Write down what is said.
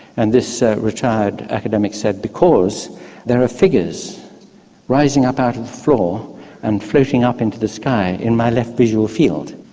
and this retired academic said because there are figures rising up out of the floor and floating up into the sky in my left visual field.